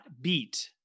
beat